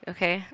Okay